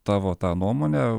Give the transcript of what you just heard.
tavo tą nuomonę